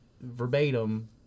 verbatim